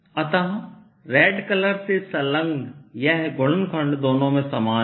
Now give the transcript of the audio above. अत red colour से संलग्न यह गुणनखंड दोनों में समान है